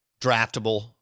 draftable